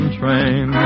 train